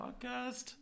podcast